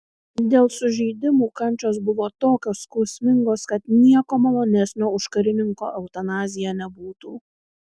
dėl sužeidimų kančios buvo tokios skausmingos kad nieko malonesnio už karininko eutanaziją nebūtų